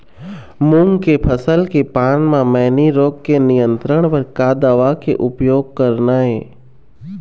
मूंग के फसल के पान म मैनी रोग के नियंत्रण बर का दवा के उपयोग करना ये?